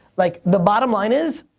like, the bottom line is,